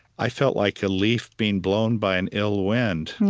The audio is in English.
i felt like a leaf being blown by an ill wind.